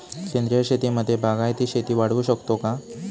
सेंद्रिय शेतीमध्ये बागायती शेती वाढवू शकतो का?